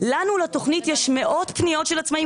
לנו לתוכנית יש מאות פניות של עצמאים.